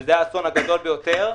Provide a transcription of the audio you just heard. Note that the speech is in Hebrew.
וזה האסון הגדול ביותר,